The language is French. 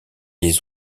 les